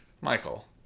Michael